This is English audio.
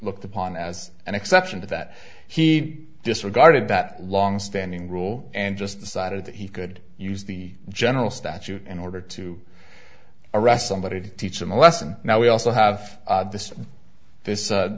looked upon as an exception to that he disregarded that longstanding rule and just decided that he could use the general statute in order to arrest somebody to teach him a lesson now we also have this